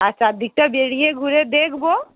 আর চারদিকটা বেরিয়ে ঘুরে দেখব